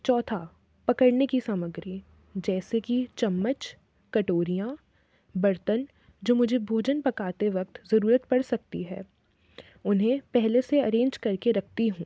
चौथा पकड़ने की सामग्री जैसे की चम्मच कटोरियाँ बर्तन जो मुझे भोजन पकाते वक्त ज़रूरत पड़ सकती है उन्हें पहले से अरेंज करके रखती हूँ